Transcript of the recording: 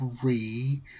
three